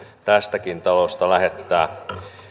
tästäkin talosta lähettää